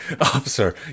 officer